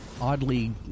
oddly